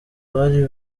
bari